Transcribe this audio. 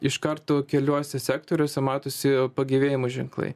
iš karto keliuose sektoriuose matosi pagyvėjimo ženklai